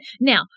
Now